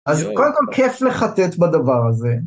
אז קודם כל כך כיף לחטט בדבר הזה.